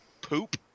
Poop